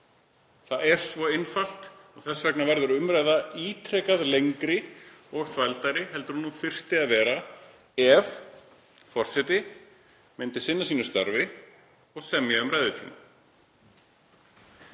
það er svo einfalt. Þess vegna verður umræða ítrekað lengri og þvældari en hún þyrfti að vera ef forseti myndi sinna starfi sínu og semja um ræðutíma.